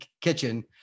kitchen